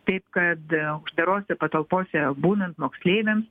taip kad uždarose patalpose būnant moksleiviams